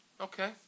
Okay